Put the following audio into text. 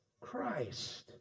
Christ